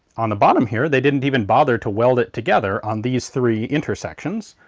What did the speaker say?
on the bottom here, they didn't even bother to weld it together on these three intersections.